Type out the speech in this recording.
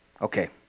Okay